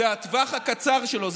זה הטווח הקצר שלהם.